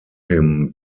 him